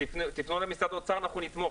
תפנו למשרד האוצר, אנחנו נתמוך.